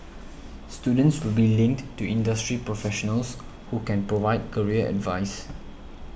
students will be linked to industry professionals who can provide career advice